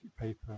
paper